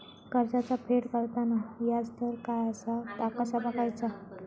कर्जाचा फेड करताना याजदर काय असा ता कसा बगायचा?